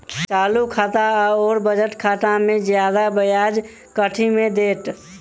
चालू खाता आओर बचत खातामे जियादा ब्याज कथी मे दैत?